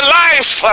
life